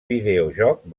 videojoc